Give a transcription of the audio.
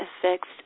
affects